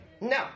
no